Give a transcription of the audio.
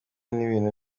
n’ibintu